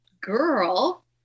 girl